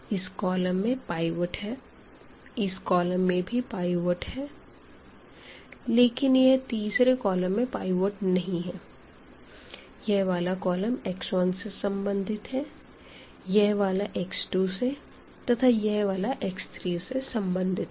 इस कॉलम में पाइवट है इस कॉलम में भी पाइवट है लेकिन यह तीसरे कॉलम में पाइवट नहीं है यह वाला कॉलम x1 से संबंधित है यह वाला x2 से तथा यह वाला x3 से संबंधित है